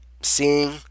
seeing